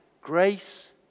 grace